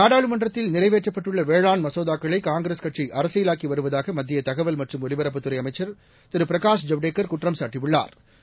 நாடாளுமன்றத்தில் நிறைவேற்றப்பட்டுள்ள வேளாண் மசோதாக்களை காங்கிரஸ் கட்சி அரசியலாக்கி வருவதாக மத்திய தகவல் மற்றும் ஒலிபரப்புத் துறை அமைச்சர் திரு பிரகாஷ் ஜவடேக்கர் குற்றம்சாட்டியுள்ளாா்